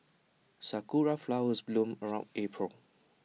Sakura Flowers bloom around April